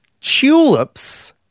tulips